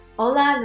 hola